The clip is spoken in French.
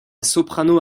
soprano